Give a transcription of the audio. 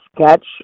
sketch